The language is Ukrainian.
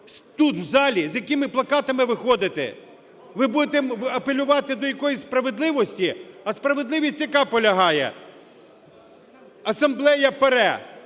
тут, у залі, з якими плакатами виходити? Ви будете апелювати до якоїсь справедливості? А справедливість яка полягає? Асамблея ПАРЄ